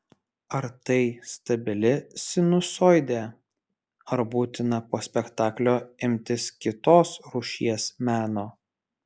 ar tai stabili sinusoidė ar būtina po spektaklio imtis kitos rūšies meno